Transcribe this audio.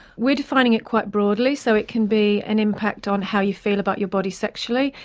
we're defining it quite broadly, so it can be an impact on how you feel about your body sexually,